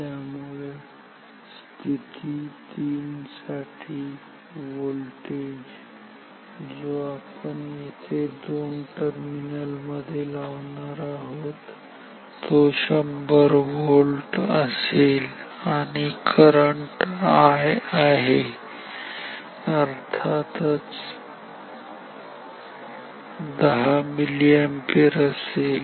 त्यामुळे स्थिती 3 साठी व्होल्टेज V जो आपण येथे या दोन टर्मिनल्स मध्ये लावणार आहोत तो 100 व्होल्ट असेल आणि करंट I आहे अर्थातच 10 मिलीअॅम्पियर असेल